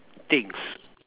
things